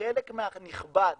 חלק נכבד